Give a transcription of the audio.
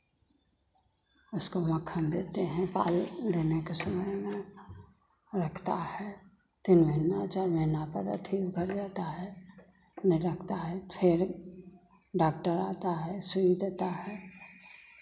उसको मक्खन देते हैं पाल देने के समय में रखता है तीन महिना चार महिना पर अथि है नहीं रखता है फिर डाक्टर आता है सुई देता है